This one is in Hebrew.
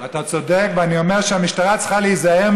יריב ברח?